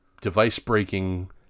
device-breaking